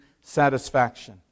satisfaction